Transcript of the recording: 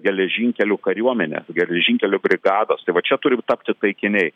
geležinkelių kariuomenę geležinkelių brigadas tai va čia turi tapti taikiniai